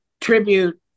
tribute